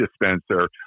dispenser